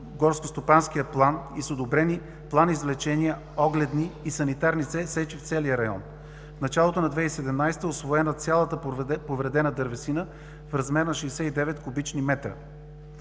горскостопанския план действия и са одобрени план-извлечения за огледни и санитарни сечи в целия район. В началото на 2017 г. е усвоена цялата повредена дървесина, в размер на 69 кубични метра.